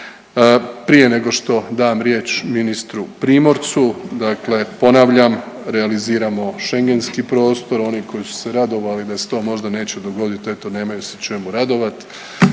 Prije nego što dam riječ ministru Primorcu, dakle ponavljam realiziramo Schengenski prostor. Oni koji su se radovali da se to možda neće dogoditi eto nemaju se čemu radovat,